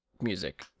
music